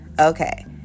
okay